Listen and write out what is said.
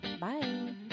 Bye